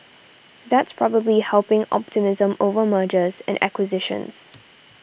that's probably helping optimism over mergers and acquisitions